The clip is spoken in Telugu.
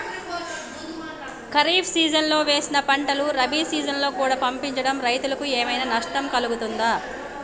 ఖరీఫ్ సీజన్లో వేసిన పంటలు రబీ సీజన్లో కూడా పండించడం రైతులకు ఏమైనా నష్టం కలుగుతదా?